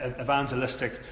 evangelistic